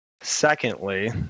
Secondly